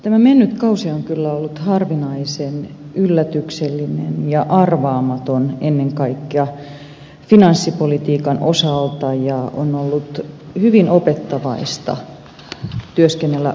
tämä mennyt kausi on kyllä ollut harvinaisen yllätyksellinen ja arvaamaton ennen kaikkea finanssipolitiikan osalta ja on ollut hyvin opettavaista työskennellä valtiovarainvaliokunnassa